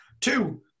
Two